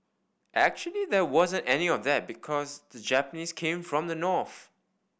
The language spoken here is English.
actually there wasn't any of that because the Japanese came from the north